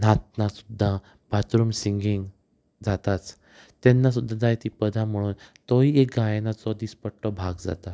न्हावतना सुद्दां bathroom singing जाताच तेन्ना सुद्दां जायतीं पदां म्हुणून तोय एक गायनाचो दिसपट्टो भाग जाता